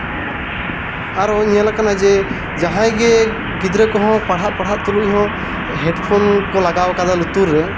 ᱟᱨᱚ ᱧᱮᱞᱟᱠᱟᱱᱟ ᱡᱮ ᱡᱟᱦᱟᱸᱭ ᱜᱮ ᱜᱤᱫᱽᱨᱟᱹ ᱠᱚᱦᱚᱸ ᱯᱟᱲᱦᱟᱜ ᱯᱟᱲᱦᱟᱜ ᱛᱩᱞᱩᱡ ᱦᱚᱸ ᱦᱮᱹᱰᱯᱷᱳᱱ ᱠᱚ ᱞᱟᱜᱟᱣ ᱠᱟᱫᱟ ᱞᱩᱛᱩᱨ ᱨᱮ